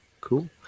Cool